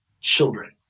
children